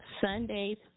Sunday's